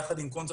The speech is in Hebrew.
יחד עם 'קונצרט',